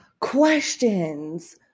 Questions